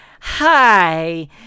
Hi